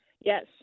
Yes